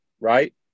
right